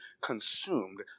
consumed